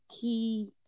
key